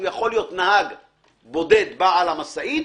הוא יכול להיות נהג בודד בעל המשאית